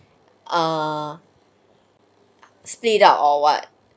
err split up or what